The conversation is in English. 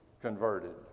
converted